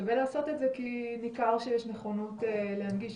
שווה לעשות את זה כי ניכר שיש נכונות להנגיש,